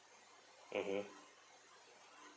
mmhmm